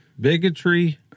Bigotry